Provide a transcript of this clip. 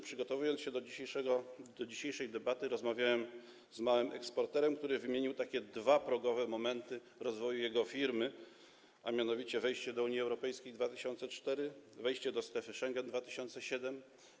Przygotowując się do dzisiejszej debaty, rozmawiałem z małym eksporterem, który wymienił dwa progowe momenty rozwoju jego firmy, a mianowicie wejście do Unii Europejskiej w 2004 r. i wejście do strefy Schengen w 2007 r.